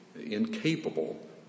incapable